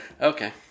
Okay